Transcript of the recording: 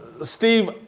Steve